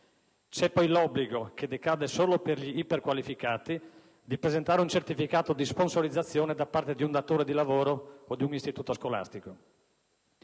C'è poi l'obbligo - che decade solo per gli iperqualificati - di presentare un certificato di sponsorizzazione da parte di un datore di lavoro o di un istituto scolastico.